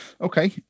Okay